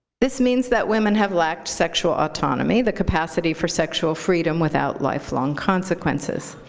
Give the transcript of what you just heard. this means that women have lacked sexual autonomy, the capacity for sexual freedom without lifelong consequences.